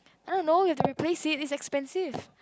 I don't know you have to replace it it is expensive